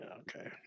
Okay